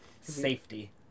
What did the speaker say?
Safety